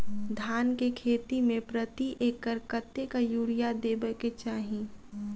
धान केँ खेती मे प्रति एकड़ कतेक यूरिया देब केँ चाहि?